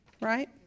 right